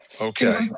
okay